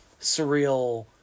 surreal